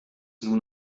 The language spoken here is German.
nun